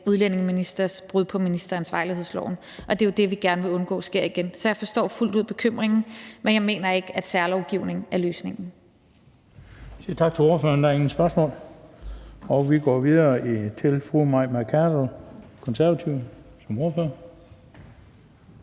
udlændingeministers brud på ministeransvarlighedsloven – og det er jo det, vi gerne vil undgå sker igen. Så jeg forstår fuldt ud bekymringen, men jeg mener ikke, at særlovgivning er løsningen. Kl. 16:29 Den fg. formand (Bent Bøgsted): Vi siger tak til ordføreren. Der er ingen spørgsmål. Vi går videre til fru Mai Mercado, Konservative, som ordfører.